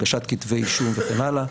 הגשת כתבי אישום וכן הלאה,